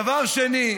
דבר שני,